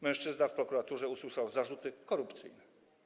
Mężczyzna w prokuraturze usłyszał zarzuty korupcyjne.